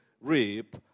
reap